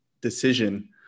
decision